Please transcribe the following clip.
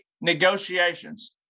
Negotiations